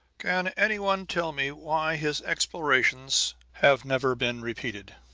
can any one tell me why his explorations have never been repeated?